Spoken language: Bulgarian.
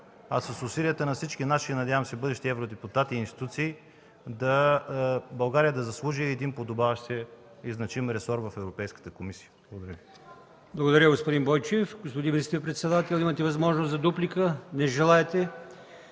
а с усилията на всички наши и, надявам се, бъдещи евродепутати и институции България да заслужи един подобаващ се и значим ресор в Европейската комисия. Благодаря Ви. ПРЕДСЕДАТЕЛ АЛИОСМАН ИМАМОВ: Благодаря, господин Бойчев. Господин министър-председател, имате възможност за дуплика. Не желаете.